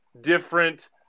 different